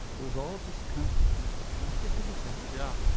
it was all just kind of can i figure this out yeah.